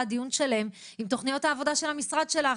דיון שלם עם תוכניות העבודה של המשרד שלך,